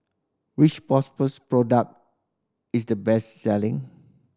which Propass product is the best selling